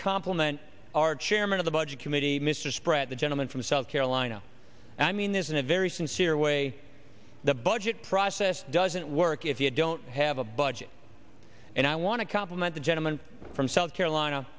compliment our chairman of the budget committee mr spratt the gentleman from south carolina and i mean this is a very sincere way the budget process didn't work if you don't have a budget and i want to compliment the gentleman from south carolina